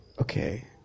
okay